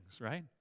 right